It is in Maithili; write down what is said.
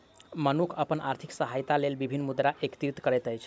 मनुख अपन आर्थिक सहायताक लेल विभिन्न मुद्रा एकत्रित करैत अछि